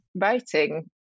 writing